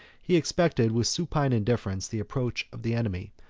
he expected with supine indifference the approach of the enemy,